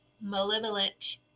malevolent